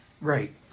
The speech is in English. Right